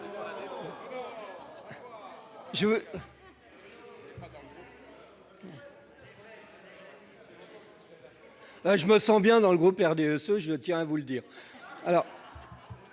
je me sens bien dans le groupe RDSE ; je tenais à vous le dire.